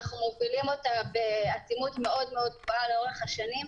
אנחנו מובילים אותה בעצימות מאוד גבוהה לאורך השנים.